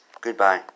Goodbye